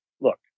Look